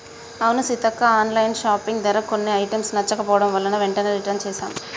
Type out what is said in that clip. అవును సీతక్క online shopping ధర కొన్ని ఐటమ్స్ నచ్చకపోవడం వలన వెంటనే రిటన్ చేసాం